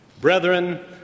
Brethren